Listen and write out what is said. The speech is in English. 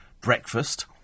breakfast